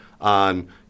on